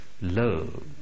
love